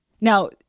Now